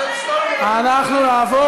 אנחנו נעבור